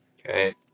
Okay